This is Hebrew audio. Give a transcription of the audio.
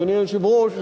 אדוני היושב-ראש,